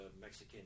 mexican